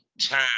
time